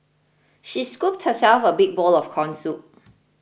she scooped herself a big bowl of Corn Soup